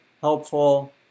helpful